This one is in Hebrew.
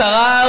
שרה,